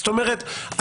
זאת אומרת,